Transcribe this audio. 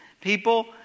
people